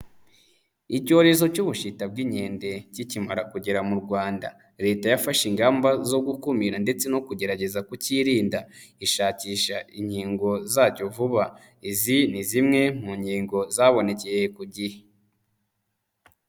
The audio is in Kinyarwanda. Icyorezo cy'ubushita bw'inkende kikimara kugera mu Rwanda, Leta yafashe ingamba zo gukumira ndetse no kugerageza kukirinda, ishakisha inkingo zacyo vuba, izi ni zimwe mu nkingo zabonekeye ku gihe.